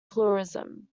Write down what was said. pluralism